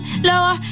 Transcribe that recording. lower